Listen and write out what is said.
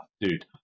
dude